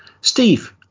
Steve